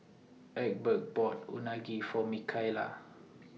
Egbert bought Unagi For Mikayla